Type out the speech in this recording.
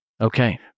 Okay